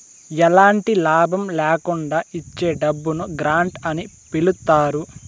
ఎలాంటి లాభం ల్యాకుండా ఇచ్చే డబ్బును గ్రాంట్ అని పిలుత్తారు